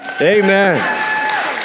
Amen